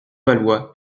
valois